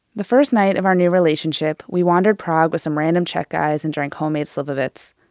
the first night of our new relationship, we wandered prague with some random czech guys and drank homemade slivovitz.